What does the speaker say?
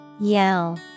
Yell